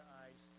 eyes